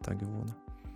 tą gyvūną